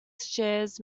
shares